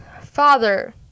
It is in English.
father